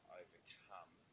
overcome